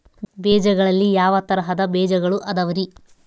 ಬೇಜಗಳಲ್ಲಿ ಯಾವ ತರಹದ ಬೇಜಗಳು ಅದವರಿ?